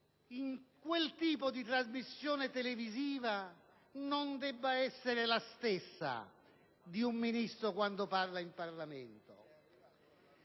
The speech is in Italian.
in quel tipo di trasmissione televisiva, non debba essere la stessa di un Ministro quando parla in Parlamento.